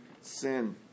sin